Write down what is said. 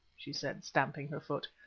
she said, stamping her foot.